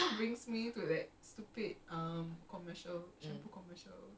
step like I was going to say step alim but is that rude